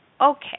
okay